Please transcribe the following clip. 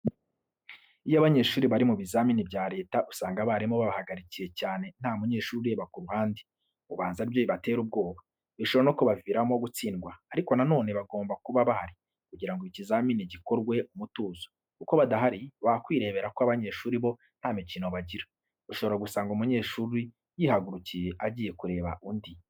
Iyo abanyeshuri bari mu bizamini bya leta usanga abarimu babahagarikiye cyane nta munyeshuri ureba ku ruhande, ubanza ari byo bibatera ubwoba, bishobora no kubaviramo gutsindwa ariko na none bagomba kuba bahari kugira ngo ikizamini gikorerwe mu mutuzo kuko badahari wakwirebera ko abanyeshuri bo nta mikino bagira, ushobora gusanga umunyeshuri yihagurukiye agiye kureba undi.